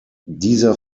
dieser